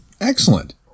Excellent